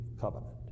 covenant